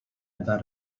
about